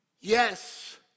Yes